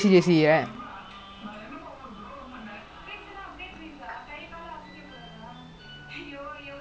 ya that guy is err அவ அப்பா அம்மா நேத்தைக்கு கடைக்கு வந்தாங்க:ava appa amma nethaikku kadaikku vanthaanga then they they anyhow saying then when they gonna meet or some shit